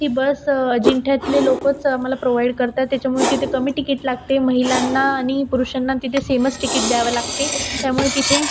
ती बस अजिंठ्यातले लोकंच आम्हाला प्रोवाईड करतात त्याच्यामुळे तिथे कमी टीकीट लागते महिलांना आणि पुरुषांना तिथे सेमच टीकीट द्यावं लागते त्यामुळे तिथे